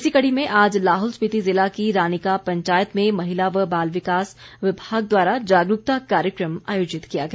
इसी कड़ी में आज लाहौल स्पिति ज़िला की रानिका पंचायत में महिला व बाल विकास विभाग द्वारा जागरूकता कार्यक्रम आयोजित किया गया